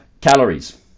calories